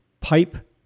pipe